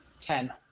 Ten